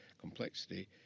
complexity